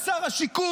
זה שר השיכון,